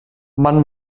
man